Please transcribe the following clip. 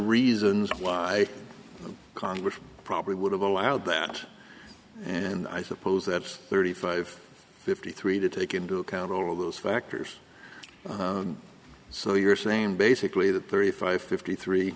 reasons why congress probably would have allowed that and i suppose that's thirty five fifty three to take into account all of those factors so you're saying basically that thirty five fifty three